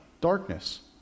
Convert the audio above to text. darkness